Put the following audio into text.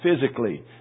physically